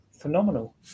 Phenomenal